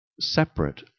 separate